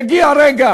יגיע רגע